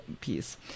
piece